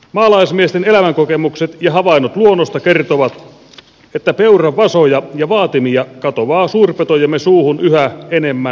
maalaismiesten elämänkokemukset ja havainnot luonnosta kertovat että peuran vasoja ja vaatimia katoaa suurpetojemme suuhun yhä enemmän ja enemmän